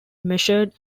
measured